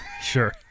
Sure